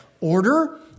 Order